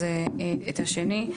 אז גם את השני,